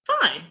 fine